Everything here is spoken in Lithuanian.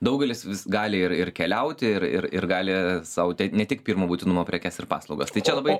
daugelis vis gali ir ir keliauti ir ir ir gali sau ten ne tik pirmo būtinumo prekes ir paslaugas tai čia labai